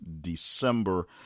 December